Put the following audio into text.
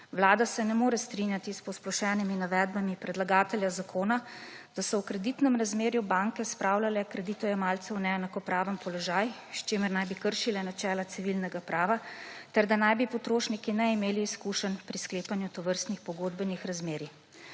Vlada se ne more strinjati s posplošenimi navedbami predlagatelja zakona, da se v kreditnem razmerju banke spravljale kreditojemalce v neenakopraven položaj, s čim naj bi kršile načela civilnega prava ter da naj bi potrošniki ne imeli izkušenj pri sklepanju tovrstnih pogodbenih razmerij.